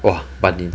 !wah! but 你